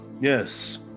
yes